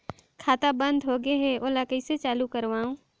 खाता बन्द होगे है ओला कइसे चालू करवाओ?